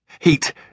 Heat